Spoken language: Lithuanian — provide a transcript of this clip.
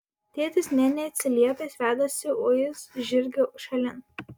tėtis nė neatsiliepęs vedasi uis žirgą šalin